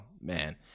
man